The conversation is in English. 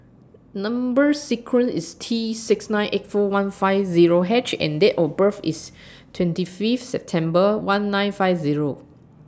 Number sequence IS T six nine eight four one five Zero H and Date of birth IS twenty Fifth September one nine five Zero